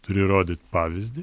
turi rodyt pavyzdį